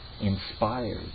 inspired